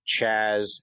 Chaz